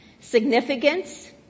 significance